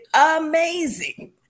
amazing